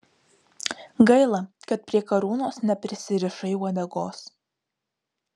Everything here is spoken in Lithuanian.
gaila kad prie karūnos neprisirišai uodegos